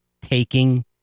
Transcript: taking